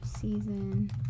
season